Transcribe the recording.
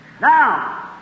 Now